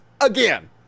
again